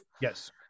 Yes